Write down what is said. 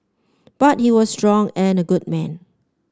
but he was strong and a good man